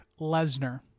Lesnar